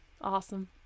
awesome